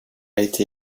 été